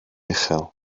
uchel